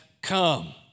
come